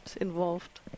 involved